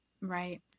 Right